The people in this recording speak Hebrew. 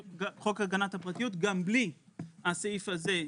גם בלי הסעיף הזה,